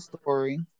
story